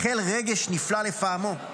החל רגש נפלא לפעמו.